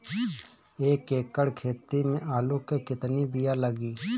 एक एकड़ खेती में आलू के कितनी विया लागी?